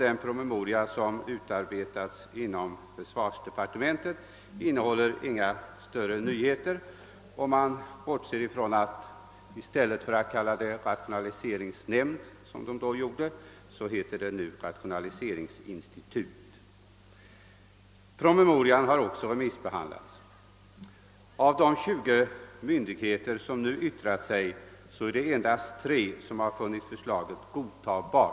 Den promemoria som utarbetats inom försvarsdepartementet innehåller inga större nyheter, om man bortser från att namnet nu ändrats. I stället för rationaliseringsnämnd, som beteckningen tidigare var, är benämningen nu rationaliseringsinstitut. Promemorian har också remissbehandlats. Av de 20 myndigheter som nu yttrat sig över den är det endast tre som har funnit förslaget godtagbart.